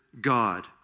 God